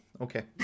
Okay